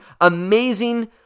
amazing